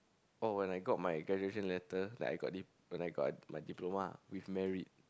oh when I got my graduation letter that I got when I got my diploma with merit